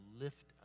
lift